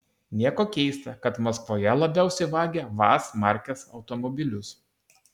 nieko keista kad maskvoje labiausiai vagia vaz markės automobilius